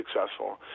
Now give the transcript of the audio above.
successful